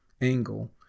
angle